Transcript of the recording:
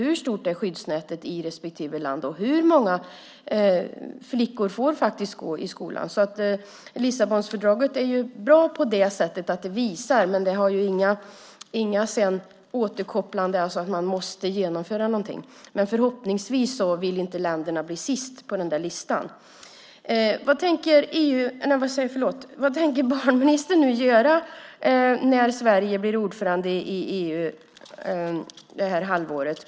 Hur stort är skyddsnätet i respektive land? Och hur många flickor får gå i skolan? Lissabonfördraget är bra på det sättet att det visar förhållandena, men det har inga återkopplingar på det viset att man måste genomföra någonting. Men förhoppningsvis vill inte länderna bli sist på listan. Vad tänker barnministern nu göra när Sverige blir ordförande i EU det här halvåret?